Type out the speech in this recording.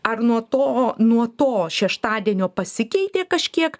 ar nuo to nuo to šeštadienio pasikeitė kažkiek